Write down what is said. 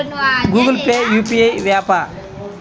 Google Pay UPI య్యాపా?